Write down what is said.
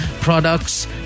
products